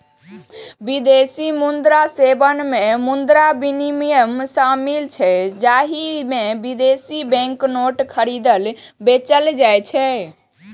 विदेशी मुद्रा सेवा मे मुद्रा विनिमय शामिल छै, जाहि मे विदेशी बैंक नोट खरीदल, बेचल जाइ छै